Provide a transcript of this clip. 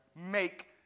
Make